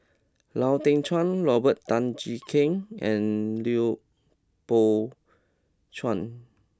Lau Teng Chuan Robert Tan Jee Keng and Lui Pao Chuen